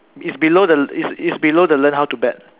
is below the is is below the learn how to bet